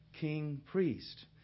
King-Priest